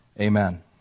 amen